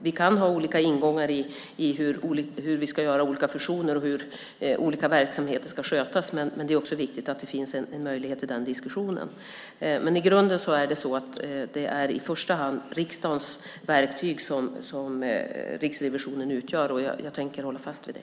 Vi kan ha olika ingångar i hur vi ska göra olika fusioner och hur olika verksamheter ska skötas, men det är också viktigt att det finns en möjlighet i den diskussionen. Men i grunden utgör Riksrevisionen i första hand riksdagens verktyg, och jag tänker hålla fast vid det.